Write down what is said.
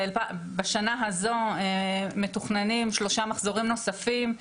בשנה הזו מתוכננים שלושה מחזורים נוספים.